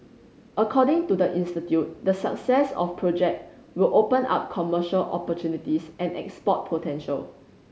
according to the institute the success of project will open up commercial opportunities and export potential